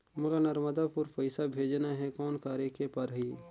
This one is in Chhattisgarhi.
मोला नर्मदापुर पइसा भेजना हैं, कौन करेके परही?